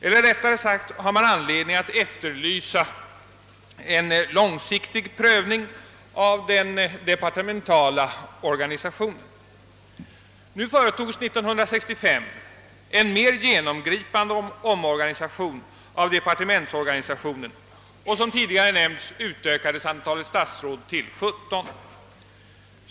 Man har anledning att efterlysa en långsiktig prövning av den departementala organisationen. Det företogs 1965 en genomgripande omorganisation av departementsorganisation, och som tidigare nämnts utökades antalet statsråd då till 17.